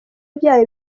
byayo